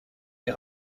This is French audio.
est